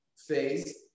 Phase